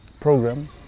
program